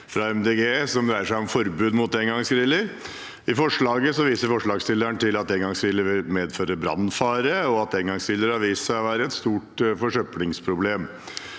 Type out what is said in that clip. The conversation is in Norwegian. Grønne, som dreier seg om forbud mot engangsgriller. I forslaget viser forslagsstillerne til at engangsgriller vil medføre brannfare, og at engangsgriller har vist seg å være et stort forsøplingsproblem.